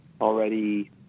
already